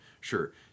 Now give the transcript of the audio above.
sure